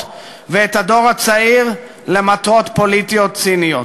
ואת הדור הצעיר למטרות פוליטיות ציניות.